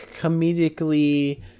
comedically